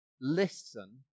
Listen